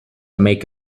make